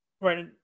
right